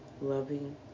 loving